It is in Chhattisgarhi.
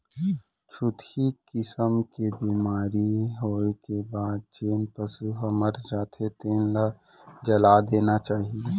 छुतही किसम के बेमारी होए के बाद जेन पसू ह मर जाथे तेन ल जला देना चाही